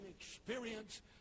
experience